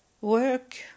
work